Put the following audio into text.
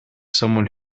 someone